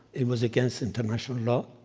it was against international law.